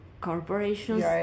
corporations